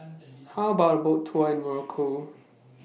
How about A Boat Tour in Morocco